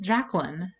Jacqueline